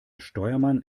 steuermann